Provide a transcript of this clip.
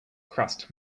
crust